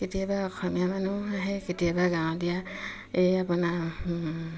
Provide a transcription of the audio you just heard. কেতিয়াবা অসমীয়া মানুহ আহে কেতিয়াবা গাঁৱলীয়া এই আপোনাৰ